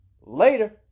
Later